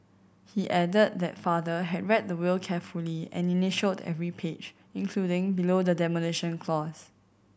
he added that father had read the will carefully and initialled every page including below the demolition clause